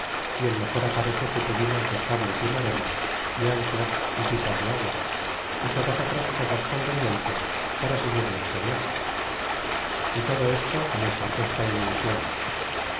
y el mejor aparejo que pudimos de cables y maromas y anclas y pipas de agua y todas otras cosas convenientes para seguir nuestro viage y todo esto nuestra costa y minsion